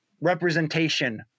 representation